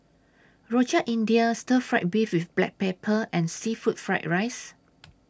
Rojak India Stir Fry Beef with Black Pepper and Seafood Fried Rice